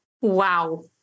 Wow